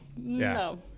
no